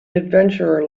adventurer